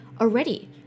already